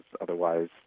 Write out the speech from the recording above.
otherwise